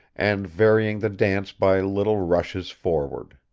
and varying the dance by little rushes forward.